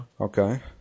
Okay